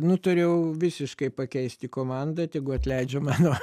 nutariau visiškai pakeisti komandą tegu atleidžia mano